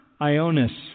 ionis